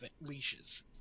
leashes